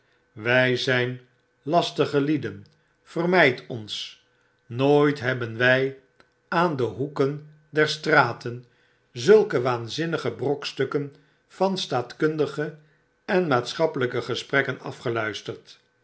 wij zp lastige lieden veraanplakbiljetten mijd ons nooit hebben wy aan de hoeken der straten zulke waanzinnige brokstukken van staatkundige en maatschappelyke gesprekken